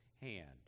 hand